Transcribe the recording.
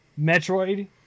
Metroid